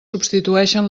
substitueixen